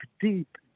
deep